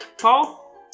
Paul